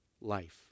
life